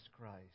Christ